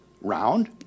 round